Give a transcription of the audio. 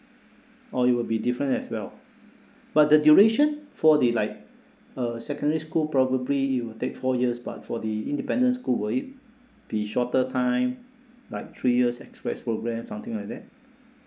oh it will be different as well but the duration for the like uh secondary school probably it will take four years but for the independent school will it be shorter time like three years express program something like that